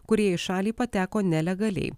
kurie į šalį pateko nelegaliai